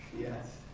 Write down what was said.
yes,